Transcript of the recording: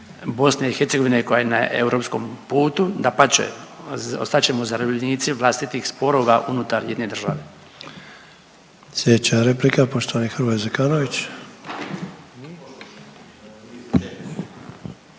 niti BiH koja je na europskom putu, dapače ostat ćemo zarobljenici vlastitih sporova unutar jedne države.